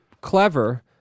clever